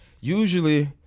usually